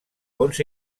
bons